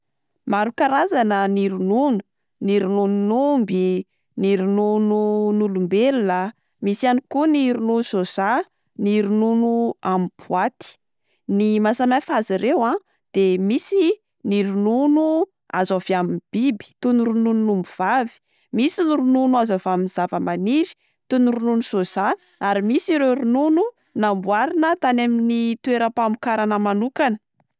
Maro karazana ny ronono: ny rononon'omby, ny ronono n'olombelona, misy ihany koa ny ronono soja, ny ronono amin'ny boaty. Ny maha samy hafa azy ireo a de misy ny ronono azo avy amin'ny biby toy ny rononon'omby vavy, misy ny ronono azo avamin'ny zava-maniry toy ny ronono soja, ary misy ireo ronono namboarina tany amin'ny toeram-pamokarana manokana.